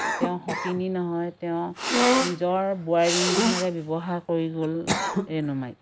তেওঁ সতিনী নহয় তেওঁ নিজৰ বোৱাৰী নিচিনাকে ব্যৱহাৰ কৰি গ'ল ৰেণুমাইক